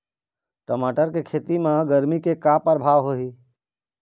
टमाटर के खेती म गरमी के का परभाव होही?